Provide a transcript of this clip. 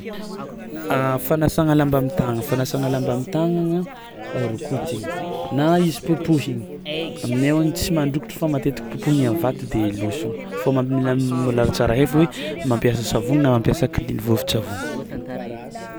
A fanasagna lamba am'tàgna fanasagna am'tàgnana a rokotigny na izy popohigny, aminay agny tsy mandrokotro fa matetiky popohigny am'vato de lôsony fao ma- mila mbôla tsara hay fao hoe mampiasa savogno na mampiasa klin vovon-tsavogno.